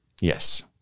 yes